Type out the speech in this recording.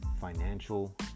financial